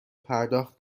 پرداخت